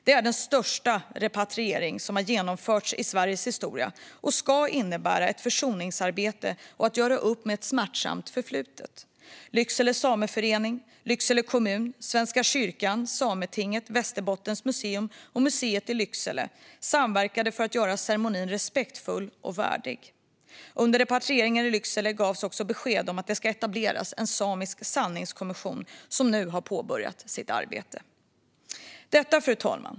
Det är den största repatriering som har genomförts i Sveriges historia och ska innebära ett försoningsarbete och bidra till att göra upp med ett smärtsamt förflutet. Lycksele Sameförening, Lycksele kommun, Svenska kyrkan, Sametinget, Västerbottens museum och museet i Lycksele samverkade för att göra ceremonin respektfull och värdig. Under repatrieringen i Lycksele gavs besked om att det ska etableras en samisk sanningskommission som nu har påbörjat sitt arbete. Fru talman!